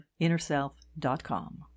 InnerSelf.com